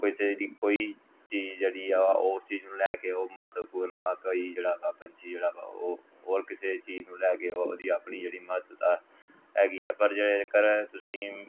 ਕਿਸੇ ਦੀ ਕੋਈ ਚੀਜ਼ ਜਿਹੜੀ ਆ ਉਸ ਚੀਜ਼ ਨੂੰ ਲੈ ਕੇ ਉਹ ਮਹੱਤਵਪੂਰਨ ਵਾ ਕੋਈ ਜਿਹੜਾ ਵਾ ਪੰਛੀ ਜਿਹੜਾ ਵਾ ਉਹ ਹੋਰ ਕਿਸੇ ਚੀਜ਼ ਨੂੰ ਲੈ ਕੇ ਉਹਦੀ ਆਪਣੀ ਜਿਹੜੀ ਮਹੱਤਤਾ ਹੈਗੀ ਆ ਪਰ ਜੇਕਰ ਤੁਸੀਂ